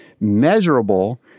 measurable